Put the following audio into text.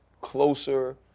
closer